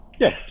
Yes